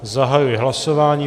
Zahajuji hlasování.